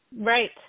Right